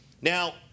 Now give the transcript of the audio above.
Now